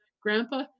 Grandpa